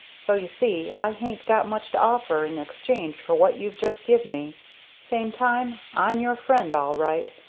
so, you see, i hain't got much to offer in exchange for what you've just give me same time, i'm your friend all right,